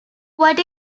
what